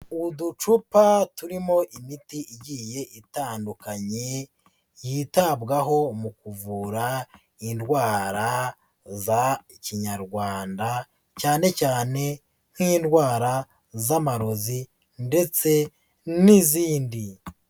Uducupa turimo imiti igiye itandukanye yitabwaho mu kuvura indwara za Kinyarwanda, cyane cyane nk'indwara z'amarozi ndetse n'izindi.